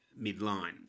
midline